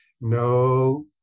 no